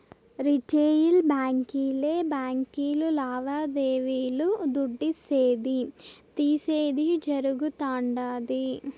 retail బాంకీలే బాంకీలు లావాదేవీలు దుడ్డిసేది, తీసేది జరగుతుండాది